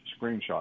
screenshot